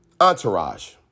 Entourage